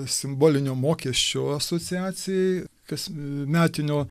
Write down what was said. simbolinio mokesčio asociacijai tas metinio